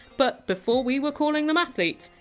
but before we were calling them athletes,